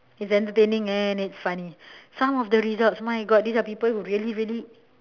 it's entertaining and it's funny some of the results my god these are people who really really